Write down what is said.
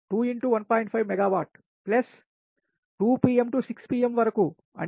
5 megawatt plus 2 pm to 6 pm వరకు అంటే 4 గంటలు లోడ్ 2